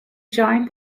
joined